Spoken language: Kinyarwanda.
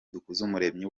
dukuzumuremyi